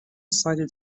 sided